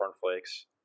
cornflakes